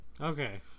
Okay